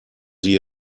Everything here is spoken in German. sie